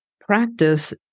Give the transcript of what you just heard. practice